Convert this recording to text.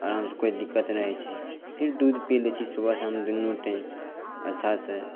आरामसे कोइ दिक्कत नहि होइ छै फेर दूध पी लै छी सुबह शाम दुन्नू टाइम अच्छासे